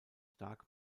stark